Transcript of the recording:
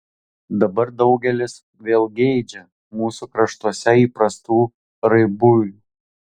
dabar daugelis vėl geidžia mūsų kraštuose įprastų raibųjų